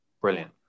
Brilliant